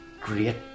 great